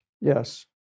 Yes